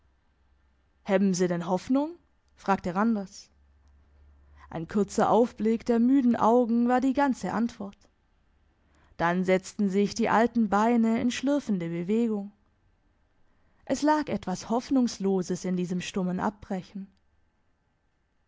hebben se denn hoffnung fragte randers ein kurzer aufblick der müden augen war die ganze antwort dann setzten sich die alten beine in schlürfende bewegung es lag etwas hoffnungsloses in diesem stummen abbrechen